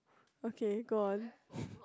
okay go on